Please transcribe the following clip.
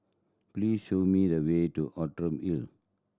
please show me the way to Outram Hill